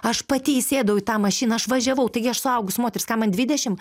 aš pati įsėdau į tą mašiną aš važiavau taigi aš suaugus moteris ką man dvidešim